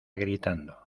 gritando